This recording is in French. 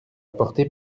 apporté